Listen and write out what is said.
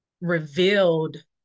revealed